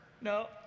No